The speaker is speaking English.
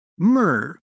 Myrrh